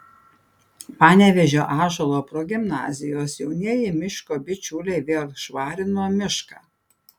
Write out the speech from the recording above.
panevėžio ąžuolo progimnazijos jaunieji miško bičiuliai vėl švarino mišką